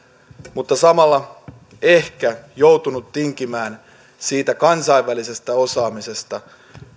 mutta samalla ehkä joutunut tinkimään siitä kansainvälisestä osaamisesta